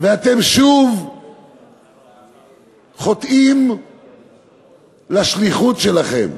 ואתם שוב חוטאים לשליחות שלכם.